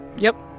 yup